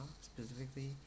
specifically